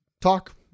talk